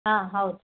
ಹಾಂ ಹೌದು